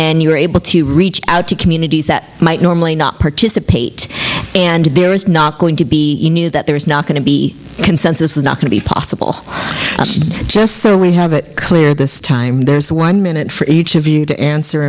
and you were able to reach out to communities that might normally not participate and there is not going to be new that there is not going to be consensus is not going to be possible just so we have it clear this time there's one minute for each of you to answer